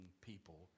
people